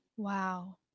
Wow